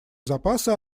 запасы